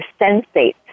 sensate